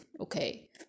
okay